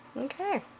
Okay